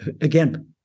again